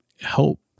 help